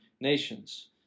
nations